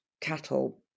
cattle